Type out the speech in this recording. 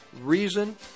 reason